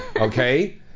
okay